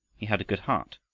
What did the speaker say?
he had a good heart,